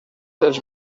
els